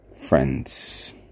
friends